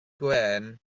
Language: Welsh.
gwên